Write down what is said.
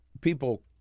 people